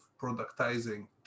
productizing